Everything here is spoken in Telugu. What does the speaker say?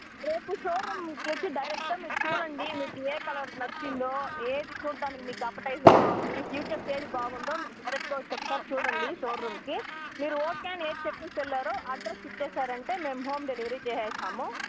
రేపు స్టోర్రూమ్ వచ్చి డైరెక్ట్గా మీరు చూడండి మీకు ఏ కలర్ నచ్చిందో ఏది చూడడానికి మీకు అపటైజింగా ఉంది ఫీచర్స్ ఏది బాగుందో మీరు డైరెక్ట్గా వచ్చి ఒకసారి చూడండి స్టోర్రూమ్కి మీరు ఓకే అని ఏది చెప్పేసి వెళ్ళారో అడ్రస్ ఇచ్చారంటే మేము హోమ్ డెలివరీ చేస్తాము